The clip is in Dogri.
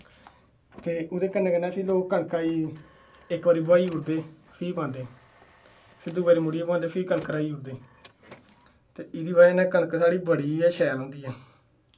ते ओह्दे कन्नै कन्नै फ्ही लोग इक बारी कनका गी बोहाई ओड़दे फ्ही पांदे फ्ही मुड़ियां पांदे फ्ही कनक रहांदे एह्दी बजह कन्नै साढ़ी कनक बड़ी गै शैल होंदी ऐ